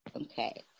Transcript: okay